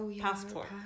passport